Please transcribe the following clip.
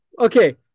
Okay